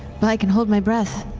but i can hold my breath